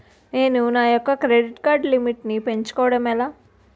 నేను నా యెక్క క్రెడిట్ కార్డ్ లిమిట్ నీ పెంచుకోవడం ఎలా?